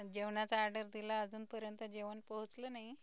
जेवणाचा आर्डर दिला अजून पर्यंत जेवण पोचलं नाही